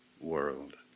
world